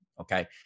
Okay